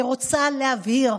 אני רוצה להבהיר: